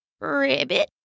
Ribbit